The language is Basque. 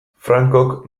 francok